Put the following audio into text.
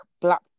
black